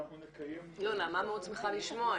שאנחנו נקיים --- לא, נעמה מאוד שמחה לשמוע.